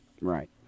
Right